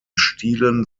stilen